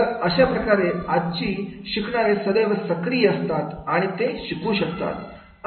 तर अशाप्रकारे आजची शिकणारे सदैव सक्रिय असतात आणि ते शिकू शकतात